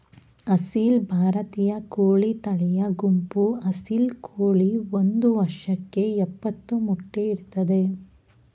ಅಸೀಲ್ ಭಾರತೀಯ ಕೋಳಿ ತಳಿಯ ಗುಂಪು ಅಸೀಲ್ ಕೋಳಿ ಒಂದ್ ವರ್ಷಕ್ಕೆ ಯಪ್ಪತ್ತು ಮೊಟ್ಟೆ ಇಡ್ತದೆ